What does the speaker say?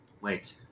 Wait